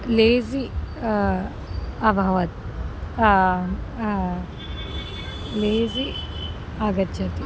lazy अभवत् lazy आगच्छति